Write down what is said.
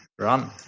run